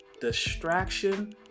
distraction